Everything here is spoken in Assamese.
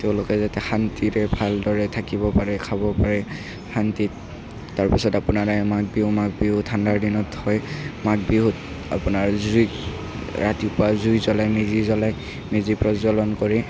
তেওঁলোকে যাতে শান্তিৰে ভালদৰে থাকিব পাৰে খাব পাৰে শান্তিত তাৰপিছত আপোনাৰ আহে মাঘ বিহুত মাঘ বিহু ঠাণ্ডাৰ দিনত হয় মাঘ বিহুত আপোনাৰ জুইত ৰাতিপুৱাই জুই জ্বলায় মেজি জ্বলায় মেজি প্ৰজ্বলন কৰে